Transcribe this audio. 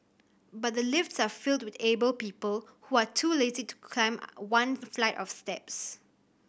but the lifts are filled with able people who are too lazy to climb one flight of steps